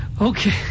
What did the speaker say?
Okay